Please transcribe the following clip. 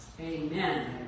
Amen